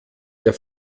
der